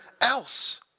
else